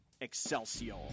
excelsior